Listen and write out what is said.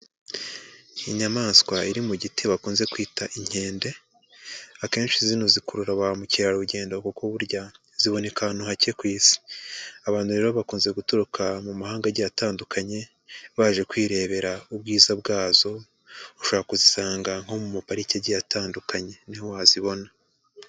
Inyamaswa iri mu giti bakunze kwita inkende, akenshi zino zikurura bamukerarugendo kuko burya ziboneka ahantu hake ku isi. Abantu rero bakunze guturuka mu mahanga agiye atandukanye, baje kwirebera ubwiza bwazo, ushobora kuzisanga nko mu mapariki agiye atandukanye niho wazibona.